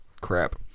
crap